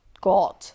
God